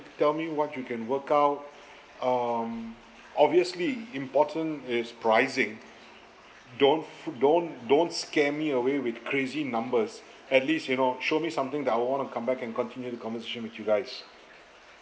tell me what you can work out um obviously important is pricing don't f~ don't don't scare me away with crazy numbers at least you know show me something that I will want to come back and continue the conversation with you guys